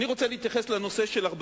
אני רוצה להתייחס לנושא 45 הימים.